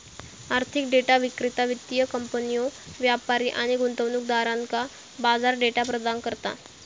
आर्थिक डेटा विक्रेता वित्तीय कंपन्यो, व्यापारी आणि गुंतवणूकदारांका बाजार डेटा प्रदान करता